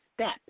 step